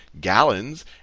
gallons